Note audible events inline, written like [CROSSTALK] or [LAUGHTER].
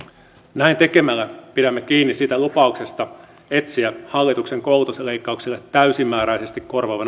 näin tekemällä pidämme kiinni siitä lupauksesta etsiä hallituksen koulutusleikkauksille täysimääräisesti korvaava [UNINTELLIGIBLE]